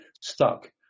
stuck